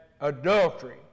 adultery